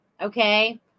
okay